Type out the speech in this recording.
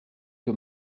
que